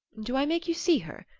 do i make you see her?